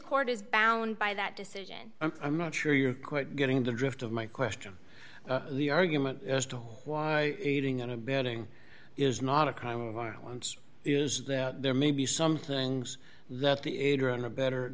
court is bound by that decision i'm not sure you're quite getting the drift of my question the argument as to why aiding and abetting is not a crime of violence is that there may be some things that the aider and abett